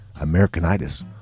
Americanitis